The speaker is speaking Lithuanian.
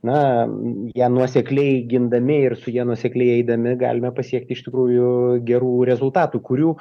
na ją nuosekliai gindami ir su ja nuosekliai eidami galime pasiekti iš tikrųjų gerų rezultatų kurių